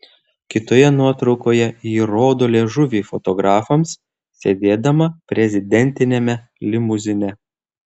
kitoje nuotraukoje ji rodo liežuvį fotografams sėdėdama prezidentiniame limuzine